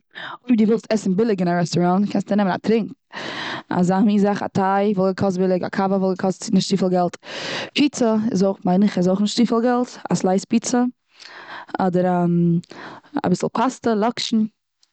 אויב די ווילסט עסן ביליג און א רעסטעראונט, קענסטו נעמען א טרינק. אזא מין זאך א טיי וואלט געקאסט ביליג, א קאווע וואלט געקאסט נישט צופיל געלט. פיצא איז אויך, מיין איך איז אויך נישט צופיל געלט, א סלייס פיצא. אדער פאסטע, אביסל לאקשן.